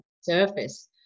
surface